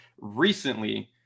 recently